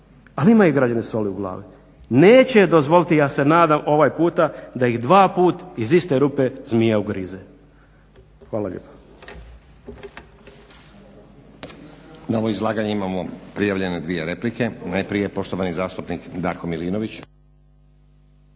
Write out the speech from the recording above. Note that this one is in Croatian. Ali imaju građani soli u glavi. Neće dozvoliti ja se nadam ovaj puta da ih dva put iz iste rupe zmija ugrize. Hvala lijepo.